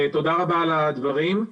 תודה רבה על הדברים.